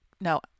No